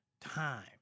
time